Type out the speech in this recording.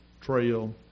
trail